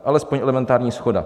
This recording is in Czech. Alespoň elementární shoda!